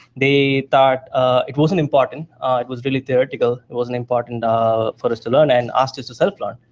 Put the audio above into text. they thought it wasn't important, it was really theoretical, it wasn't important ah for us to learn and asked us to self-learn,